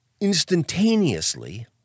instantaneously